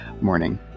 morning